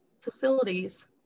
facilities